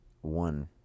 one